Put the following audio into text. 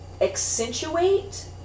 accentuate